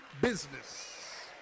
business